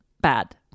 Bad